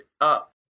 up